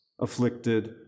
afflicted